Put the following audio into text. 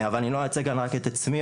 אבל אני לא מייצג רק את עצמי,